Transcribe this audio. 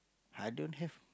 i don't have